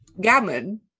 Gammon